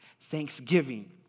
Thanksgiving